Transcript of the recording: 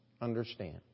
understand